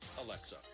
Alexa